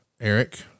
Eric